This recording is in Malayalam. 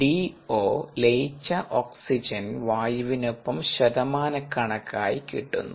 DO ലയിച്ച ഓക്സിജന് വായുവിനൊപ്പം ശതമാനക്കണക്കായി കിട്ടുന്നു